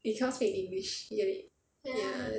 you cannot speak english you get it ya that's why